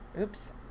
Oops